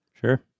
Sure